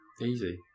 Easy